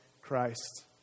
Christ